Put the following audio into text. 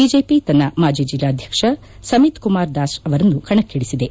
BJP ತನ್ನ ಮಾಜಿ ಜಿಲ್ಲಾಧ್ಯಕ್ಷ ಸಮಿತ್ ಕುಮಾರ್ ದಾಶ್ ಅವರನ್ನು ಕಣಕ್ಕಿಳಿಸಿದೆ